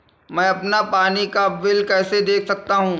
मैं अपना पानी का बिल कैसे देख सकता हूँ?